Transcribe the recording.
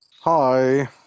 Hi